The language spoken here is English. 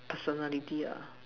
personality ah